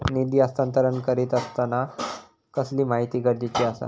निधी हस्तांतरण करीत आसताना कसली माहिती गरजेची आसा?